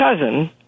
cousin